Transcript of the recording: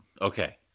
Okay